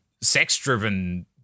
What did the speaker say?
sex-driven